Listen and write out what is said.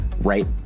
right